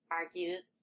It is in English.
argues